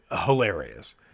hilarious